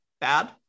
bad